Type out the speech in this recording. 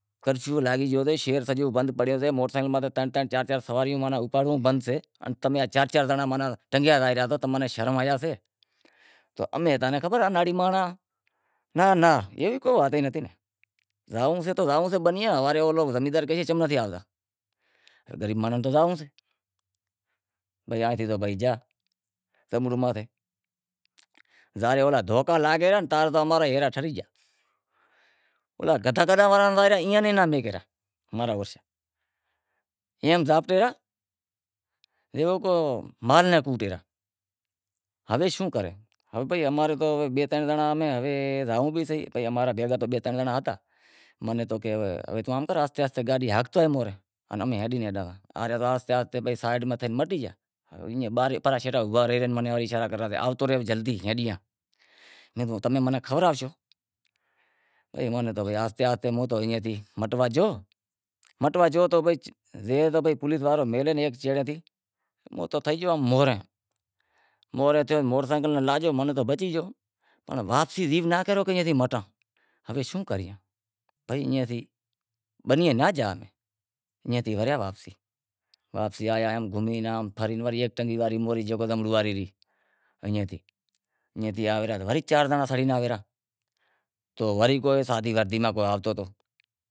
کرفیو لاگی گیو سے شہر سجو بند سے موٹر سینکل ماتھے ترن ترن چار چار سواریوں اپاڑونڑ بند سے تمیں ترن ترن چار چار زنڑا ٹنگیا زائی ریا سو ماناں تمیں شرم حیا سے ماناں امیں تاں نیں خبر اے اناڑی مانڑاں ناں ناں ایوی کو وات ئی نتھی، زانوڑو ئے تو زانونڑو اے زمیندار کہے چم نتھی آوتا گریب مانڑو تو زائوں سے، پسے آئیں گیا زائے تو پسے دھکا لاگی گیا تو امیں ٹھری گیا دھیندہا کرنڑ زائی ریا ایئاں ناں بھی ناں میکھے ریا ایم زائے ریا جیوو کو مارے راکھیو، ہوے شوں کراں، ہمیں بئے ترن زنڑا سیں امیں زانوڑو بھی سے اماں بھیگا بئے ترن زنڑا ہتا ماں ناں کہیو کی ای کام کر آہستے آہستے گاڈی ہاکتو زا سیٹا اشارا کرتو کی آوے را کہ آوتو زا، امیں تھیو موہر زم تم کری مٹی گیو پر واپسی جیو ناں کہے مٹاں، ہوے شوں کراں بھئی ایئں تھی بنیئے ناں جاں، ایئں تھی واپسی آیا وری چار زنڑا سڑی آوی ریا تو وری سادی وردی میں کو آوتو ریو،